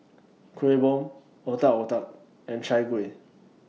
Kueh Bom Otak Otak and Chai Kueh